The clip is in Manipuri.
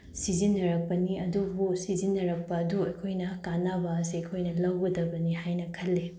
ꯁꯤꯖꯤꯟꯅꯔꯛꯄꯅꯤ ꯑꯗꯨꯕꯨ ꯁꯤꯖꯤꯟꯅꯔꯛꯄ ꯑꯗꯨ ꯑꯩꯈꯣꯏꯅ ꯀꯥꯟꯅꯕ ꯑꯁꯤ ꯑꯩꯈꯣꯏꯅ ꯂꯧꯒꯗꯕꯅꯤ ꯍꯥꯏꯅ ꯈꯜꯂꯤ